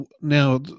Now